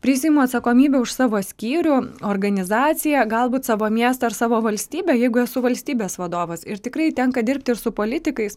prisiimu atsakomybę už savo skyrių organizaciją galbūt savo miestą ir savo valstybę jeigu esu valstybės vadovas ir tikrai tenka dirbti ir su politikais